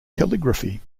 calligraphy